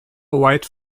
white